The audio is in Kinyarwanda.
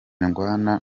ndwana